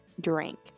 drink